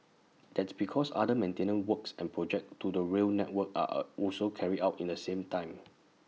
that's because other maintenance works and projects to the rail network are are also carried out in the same time